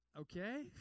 Okay